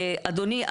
אדוני,